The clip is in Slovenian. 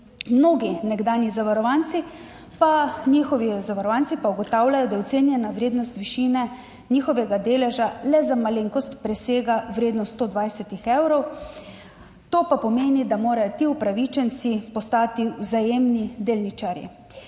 Mnogi nekdanji njihovi zavarovanci pa ugotavljajo, da je ocenjena vrednost višine njihovega deleža le za malenkost presega vrednost 120 evrov, to pa pomeni, da morajo ti upravičenci postati vzajemni delničarji